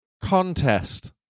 Contest